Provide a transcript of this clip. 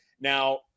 Now